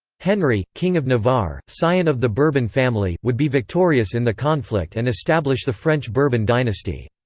henry, king of navarre, scion of the bourbon family, would be victorious in the conflict and establish the french bourbon dynasty.